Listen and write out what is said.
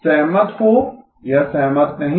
सहमत हो या सहमत नहीं हो